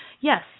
Yes